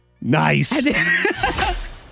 Nice